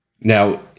now